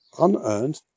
unearned